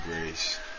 Grace